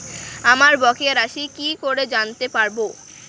আমার বকেয়া রাশি কি করে জানতে পারবো?